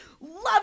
love